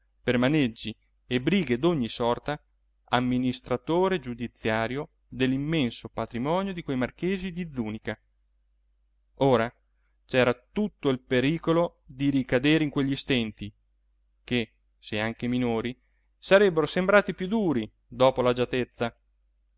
per maneggi e brighe d'ogni sorta amministratore giudiziario dell'immenso patrimonio di quei marchesi di zùnica ora c'era tutto il pericolo di ricadere in quegli stenti che se anche minori sarebbero sembrati più duri dopo